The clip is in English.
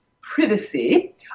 privacy